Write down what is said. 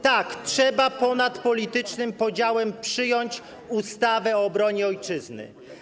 Tak, trzeba ponad politycznym podziałem przyjąć ustawę o obronie ojczyzny.